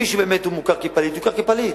מי שמוכר כפליט יוכר כפליט,